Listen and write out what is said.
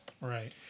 Right